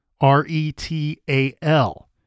R-E-T-A-L